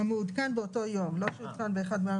"לפי שיעור עליית השכר הממוצע,